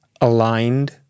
aligned